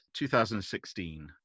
2016